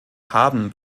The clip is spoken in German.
haben